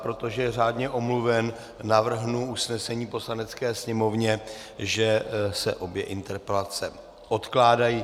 Protože je řádně omluven, navrhnu usnesení Poslanecké sněmovně, že se obě interpelace odkládají.